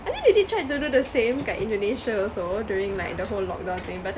I think they did tried to do the same kat indonesia also during like the whole lock down thing but then